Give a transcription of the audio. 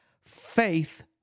Faith